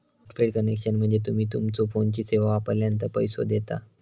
postpaid connection म्हणजे तुम्ही तुमच्यो फोनची सेवा वापरलानंतर पैसो देता